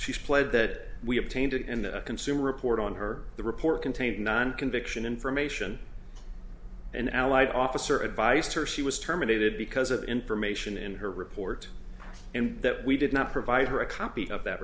she's played that we obtained it in a consumer report on her the report contained non conviction information an allied officer advised her she was terminated because of the information in her report and that we did not provide her a copy of that